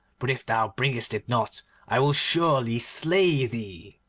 but if thou bringest it not i will surely slay thee